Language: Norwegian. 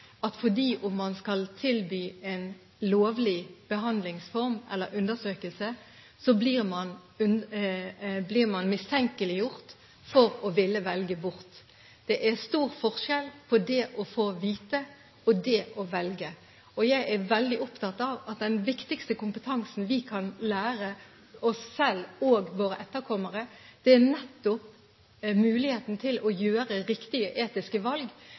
at fordi man skal tilby en lovlig behandlingsform eller undersøkelse, blir man mistenkt for å ville velge bort. Det er stor forskjell på det å få vite og det å velge, og jeg er veldig opptatt av at den viktigste kompetansen vi kan gi oss selv og våre etterkommere, er nettopp muligheten til å gjøre riktige etiske valg,